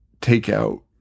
takeout